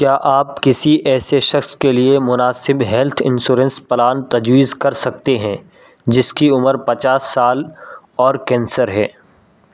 کیا آپ کسی ایسے شخص کے لیے مناسب ہیلتھ انشورنس پلان تجویز کر سکتے ہیں جس کی عمر پچاس سال اور کینسر ہے